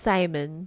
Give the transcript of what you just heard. Simon